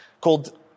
called